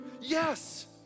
Yes